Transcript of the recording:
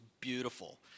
beautiful